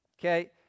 okay